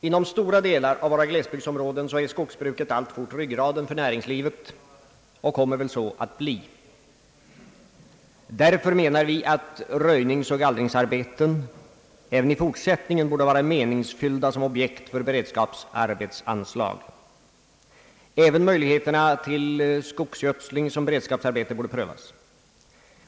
Inom stora delar av våra glesbygdsområden är skogsbruket alltfort ryggraden för näringslivet och kommer väl att så förbli. Därför anser vi att röjningsoch gallringsarbeten även i fortsättningen borde vara meningsfyllda son objekt för beredskapsarbetsanslag. även möjligheterna till skogsgödsling som beredskapsarbete borde prövas.